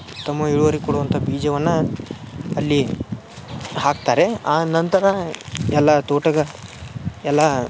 ಉತ್ತಮ ಇಳುವರಿ ಕೊಡುವಂಥ ಬೀಜವನ್ನು ಅಲ್ಲಿ ಹಾಕ್ತಾರೆ ಆ ನಂತರ ಎಲ್ಲ ತೋಟಗ ಎಲ್ಲ